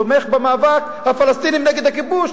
תומך במאבק הפלסטינים נגד הכיבוש,